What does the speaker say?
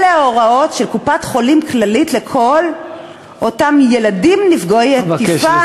אלה ההוראות של קופת-חולים כללית לכל אותם ילדים נפגעי תקיפה,